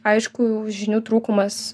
aišku žinių trūkumas